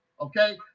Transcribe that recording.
okay